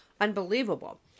unbelievable